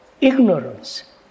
ignorance